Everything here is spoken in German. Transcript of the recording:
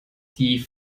die